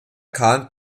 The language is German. khan